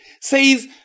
says